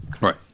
Right